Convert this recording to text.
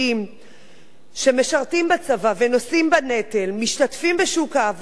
שמשרתים בצבא ונושאים בנטל ומשתתפים בשוק העבודה,